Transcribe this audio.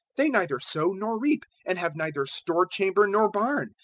they neither sow nor reap, and have neither store-chamber nor barn.